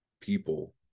people